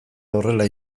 horrela